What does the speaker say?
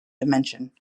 dimension